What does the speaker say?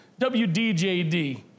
WDJD